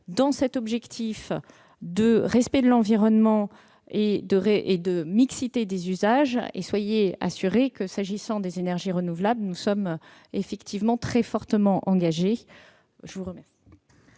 dans cet objectif de respect de l'environnement et de mixité des usages. Soyez assuré que, s'agissant des énergies renouvelables, nous sommes très fortement engagés dans ce